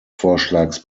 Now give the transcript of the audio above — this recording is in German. vorschlags